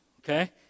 okay